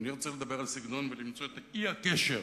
אני רוצה לדבר על הסגנון ולמצוא את אי-הקשר